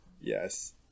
Yes